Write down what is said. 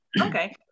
okay